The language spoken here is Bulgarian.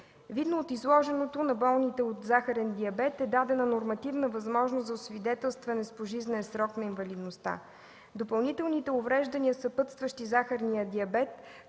Видно от изложеното, на болните от захарен диабет е дадена нормативна възможност за освидетелстване с пожизнен срок на инвалидността. Допълнителните увреждания, съпътстващи захарния диабет,